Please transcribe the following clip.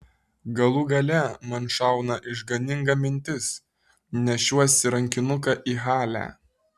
galų gale man šauna išganinga mintis nešiuosi rankinuką į halę